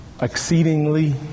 exceedingly